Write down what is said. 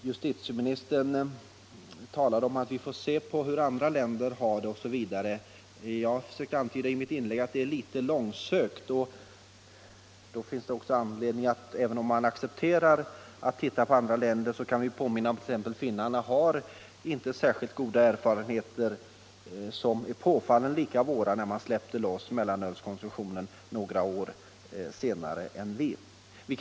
Justitieministern talade bl.a. om att vi borde se på hur andra länder har det. Jag har i mitt inlägg antytt att jag finner ett sådant resonemang litet långsökt. Vi kan givetvis studera förhållandena i andra länder, men 55 vi vet ju redan att erfarenheterna i t.ex. Finland inte är särskilt positiva. I Finland släppte man mellanölet fritt några år senare än vi, och erfarenheterna där är påfallande lika våra.